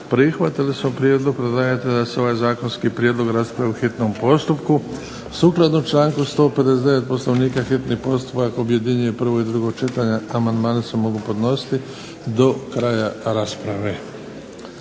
prihvatili smo prijedlog predlagatelja da se ovaj zakonski prijedlog raspravi u hitnom postupku. Sukladno članku 159. Poslovnika hitni postupak objedinjuje prvo i drugo čitanje. Amandmani se mogu podnositi do kraja rasprave.